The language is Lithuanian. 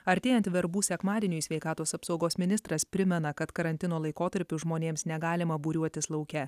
artėjant verbų sekmadieniui sveikatos apsaugos ministras primena kad karantino laikotarpiu žmonėms negalima būriuotis lauke